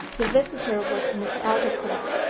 the visitor was miss aldclyffe.